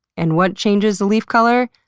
and what changes the leaf color?